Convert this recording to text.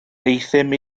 euthum